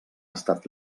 estat